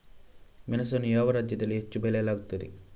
ಮೆಣಸನ್ನು ಯಾವ ರಾಜ್ಯದಲ್ಲಿ ಹೆಚ್ಚು ಬೆಳೆಯಲಾಗುತ್ತದೆ?